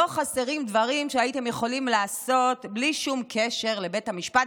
לא חסרים דברים שהייתם יכולים לעשות בלי שום קשר לבית המשפט,